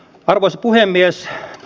arvoisa puhemies